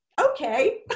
okay